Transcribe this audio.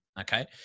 Okay